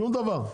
שום דבר.